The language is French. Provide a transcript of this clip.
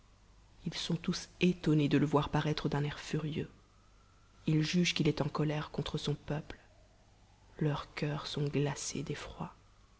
ils sont tous étonnés de le voir paraître d'un air furieux lis jugent qu'il est en colère contre son peuple leurs coeurs sont glacés